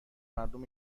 مردم